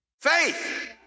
Faith